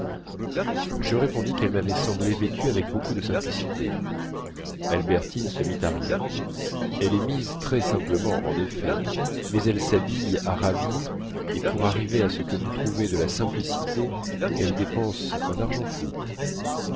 je répondis qu'elle m'avait semblé vêtue avec beaucoup de simplicité albertine se mit à rire elle est mise très simplement en effet mais elle s'habille à ravir et pour arriver à ce que vous trouvez de la simplicité elle dépense un argent fou